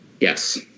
Yes